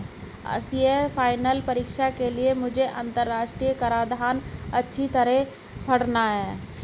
CA final परीक्षा के लिए मुझे अंतरराष्ट्रीय कराधान अच्छी तरह पड़ना है